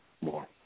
more